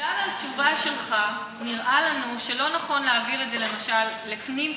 בגלל התשובה שלך נראה לנו שלא נכון להעביר את זה למשל לפנים,